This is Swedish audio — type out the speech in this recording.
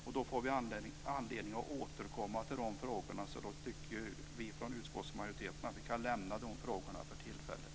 Eftersom vi då får anledning att återkomma till dessa frågor tycker vi från utskottsmajoriteten att vi kan lämna dem för tillfället.